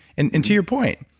and and to your point,